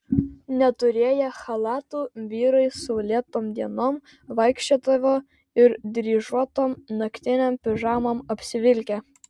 neturėję chalatų vyrai saulėtom dienom vaikščiodavo ir dryžuotom naktinėm pižamom apsivilkę